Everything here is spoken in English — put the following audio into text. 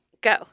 go